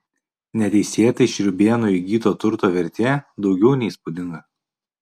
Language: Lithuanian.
neteisėtai šriūbėnų įgyto turto vertė daugiau nei įspūdinga